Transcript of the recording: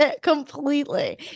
completely